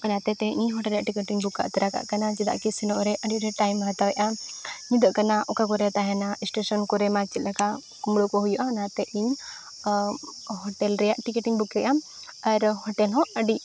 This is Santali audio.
ᱚᱱᱟᱛᱮ ᱛᱮᱦᱮᱧ ᱤᱧ ᱨᱮᱭᱟᱜ ᱤᱧ ᱟᱠᱟᱫ ᱛᱚᱨᱟ ᱠᱟᱫ ᱠᱟᱱᱟ ᱪᱮᱫᱟᱜ ᱠᱤ ᱥᱮᱱᱚᱜ ᱨᱮ ᱟᱹᱰᱤ ᱰᱷᱮᱨ ᱮ ᱦᱟᱛᱟᱣᱮᱫᱼᱟ ᱧᱤᱫᱟᱹᱜ ᱠᱟᱱᱟ ᱚᱠᱟ ᱠᱚᱨᱮ ᱛᱟᱦᱮᱱᱟ ᱠᱚᱨᱮ ᱢᱟ ᱪᱮᱫ ᱞᱮᱠᱟ ᱠᱩᱢᱲᱩ ᱠᱚ ᱦᱩᱭᱩᱜᱼᱟ ᱚᱱᱟᱛᱮ ᱤᱧ ᱨᱮᱭᱟᱜ ᱤᱧ ᱠᱮᱫᱼᱟ ᱟᱨ ᱦᱚᱸ ᱟᱹᱰᱤ